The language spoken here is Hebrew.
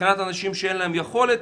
מבחינת אנשים שאין להם יכולת,